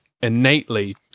innately